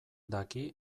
daki